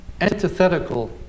antithetical